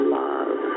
love